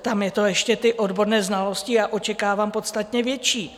Tam ještě ty odborné znalosti očekávám podstatně větší.